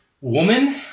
Woman